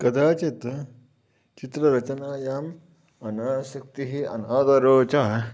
कदाचित् चित्ररचनायाम् अनासक्तिः अनादरः च